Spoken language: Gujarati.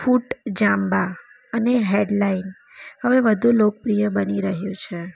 ફૂટ જાંબા અને હેડલાઇન હવે વધુ લોકપ્રિય બની રહ્યું છે